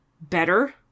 better